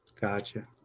Gotcha